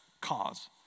cause